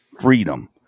freedom